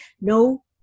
No